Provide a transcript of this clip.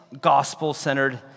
gospel-centered